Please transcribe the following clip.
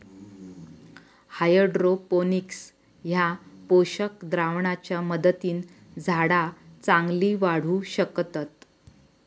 hydroponics ह्या पोषक द्रावणाच्या मदतीन झाडा चांगली वाढू शकतत